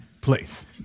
place